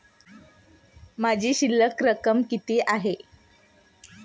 माझी शिल्लक रक्कम किती आहे?